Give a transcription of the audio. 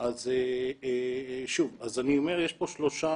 אז אני אומר שיש פה שלושה